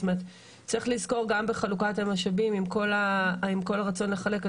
זאת אומרת צריך לזכור גם בחלוקה המשאבים עם כל הרצון לחלק,